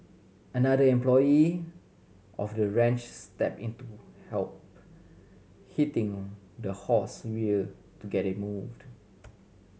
another employee of the ranch stepped in to help hitting the horse rear to get it to moved